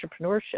entrepreneurship